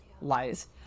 lies